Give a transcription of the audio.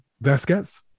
Vasquez